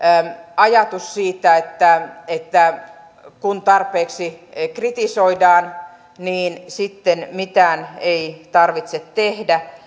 ajatus siitä että että kun tarpeeksi kritisoidaan niin sitten mitään ei tarvitse tehdä